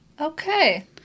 okay